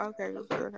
Okay